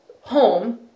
home